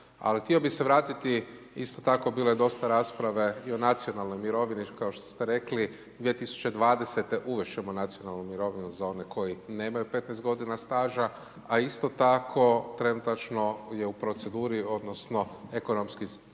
Ali htio bi se vratiti isto tako bilo je dosta rasprav3e o nacionalnoj mirovini, kao što ste rekli 2020. uvesti ćemo nacionalnu mirovinu za one koji nemaju 15 g. staža, a isto tako trenutačno je u proceduri, odnosno, ekonomski institut